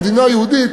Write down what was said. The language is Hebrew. במדינה היהודית,